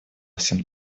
всем